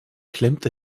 klemmt